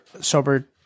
sober